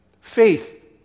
faith